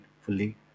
fully